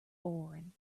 boring